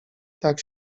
tak